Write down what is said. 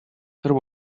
there